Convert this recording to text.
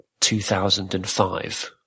2005